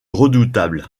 redoutable